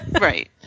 Right